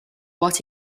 what